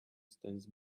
stands